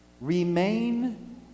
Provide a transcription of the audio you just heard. Remain